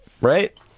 Right